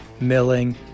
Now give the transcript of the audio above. milling